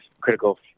critical